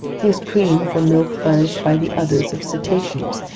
here's cream from milk furnished by the udders of cetaceans,